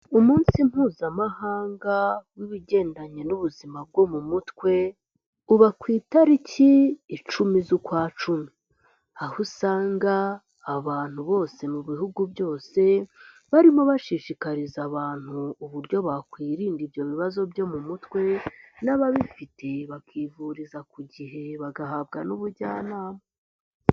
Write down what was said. Umunsi mpuzamahanga w'ibigendanye n'ubuzima bwo mu mutwe, uba ku itariki icumi z'ukwacuumi, aho usanga abantu bose mu bihugu byose barimo bashishikariza abantu uburyo bakwirinda ibyo bibazo byo mu mutwe n'ababifite bakivuriza ku gihe, bagahabwa n'ubujyanama.